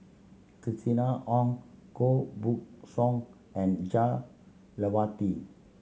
Christina Ong Koh Buck Song and Jah Lelawati